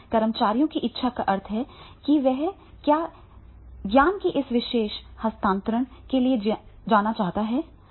कर्मचारियों की इच्छा का अर्थ है कि क्या वह ज्ञान के इस विशेष हस्तांतरण के लिए जाना चाहता है